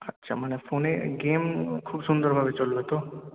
আচ্ছা মানে ফোনে গেম খুব সুন্দরভাবে চলবে তো